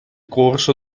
corso